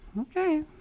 okay